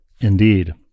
Indeed